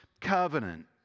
Covenant